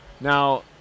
Now